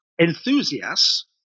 enthusiasts